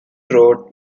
wrote